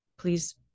please